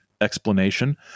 explanation